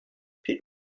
pitt